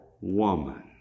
woman